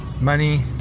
money